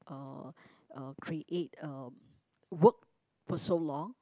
uh uh create um work for so long